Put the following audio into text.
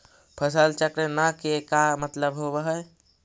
फसल चक्र न के का मतलब होब है?